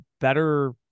better